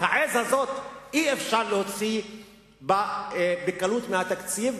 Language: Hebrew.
את העז הזאת אי-אפשר להוציא בקלות מהתקציב.